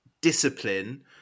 discipline